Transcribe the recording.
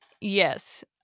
Yes